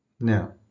now